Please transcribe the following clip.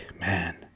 man